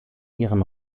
ihren